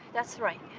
that's right.